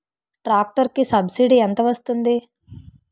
Tractor కి subsidy ఎంత వస్తుంది?